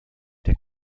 der